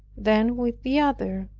then with the other,